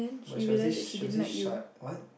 but she was this s~ she was this shy what